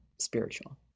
spiritual